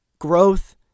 growth